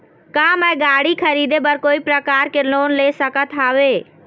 का मैं गाड़ी खरीदे बर कोई प्रकार के लोन ले सकत हावे?